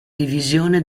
divisione